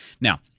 Now